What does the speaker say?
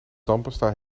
tandpasta